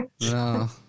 No